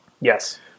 Yes